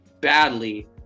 badly